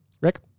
Rick